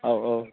औ औ